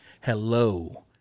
hello